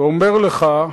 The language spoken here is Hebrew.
ואומר לך: